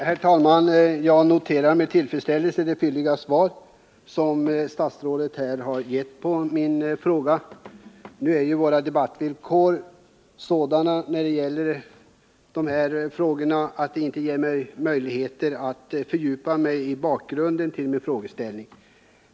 Herr talman! Jag noterar med tillfredsställelse det fylliga svar som statsrådet har givit på min fråga. Nu är ju våra debattvillkor sådana när det gäller frågor av detta slag att jag inte har möjligheter att fördjupa mig i bakgrunden till min frågeställning.